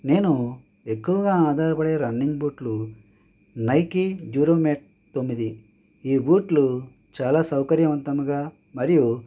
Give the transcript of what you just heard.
నేను ఎక్కువగా ఆధారపడే రన్నింగ్ బూట్లు నైక్ డ్యూరోమెక్స్ తొమ్మిది ఈ బూట్లు చాలా సౌకర్యవంతముగా మరియు